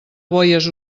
boies